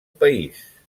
país